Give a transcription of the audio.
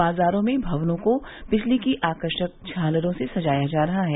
बाजारो में भवनों को बिजली की आकर्षक झालरो से सजाया जा रहा है